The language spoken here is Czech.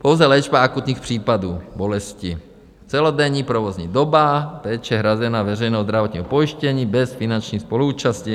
Pouze léčba akutních případů, bolesti, celodenní provozní doba, péče hrazená z veřejného zdravotního pojištění bez finanční spoluúčasti.